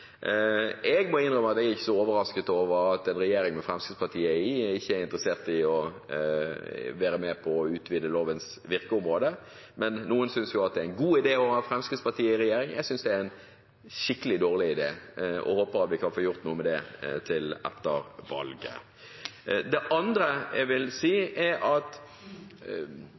Jeg må innrømme at jeg ikke er så overrasket over at en regjering med Fremskrittspartiet i ikke er interessert i å være med på å utvide lovens virkeområde, men noen synes jo at det er en god idé å ha Fremskrittspartiet i regjering. Jeg synes det er en skikkelig dårlig idé, og håper at vi kan få gjort noe med det etter valget. Det andre jeg vil si, er at